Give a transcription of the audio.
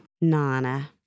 Nana